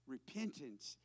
Repentance